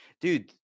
dude